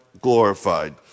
glorified